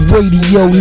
Radio